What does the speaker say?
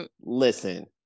listen